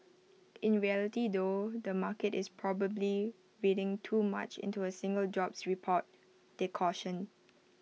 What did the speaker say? in reality though the market is probably reading too much into A single jobs report they cautioned